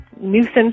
nuisance